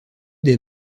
des